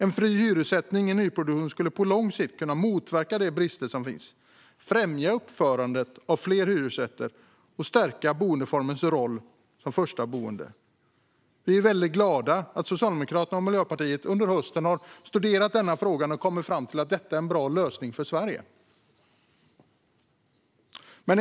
En fri hyressättning i nyproduktion skulle på lång sikt kunna motverka de brister som finns, främja uppförandet av fler hyresrätter och stärka boendeformens roll som första boende. Vi är väldigt glada över att Socialdemokraterna och Miljöpartiet under hösten har studerat denna fråga och kommit fram till att det är en bra lösning för Sverige.